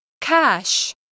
Cash